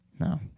No